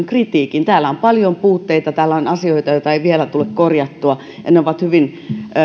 kritiikin täällä on paljon puutteita täällä on asioita jotka eivät vielä tule korjatuiksi ja ne ovat hyvin